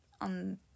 on